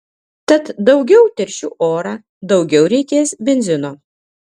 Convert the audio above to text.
tad daugiau teršiu orą daugiau reikės benzino